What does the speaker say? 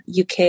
UK